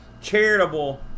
charitable